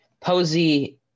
Posey –